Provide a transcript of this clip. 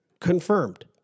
Confirmed